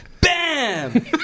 bam